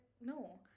no